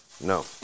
no